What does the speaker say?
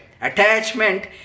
attachment